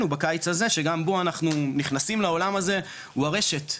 בקיץ הזה שבו אנחנו נכנסים לעולם הזה ברשת,